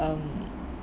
um